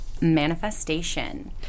manifestation